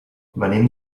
venim